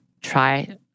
try—